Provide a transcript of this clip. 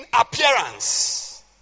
appearance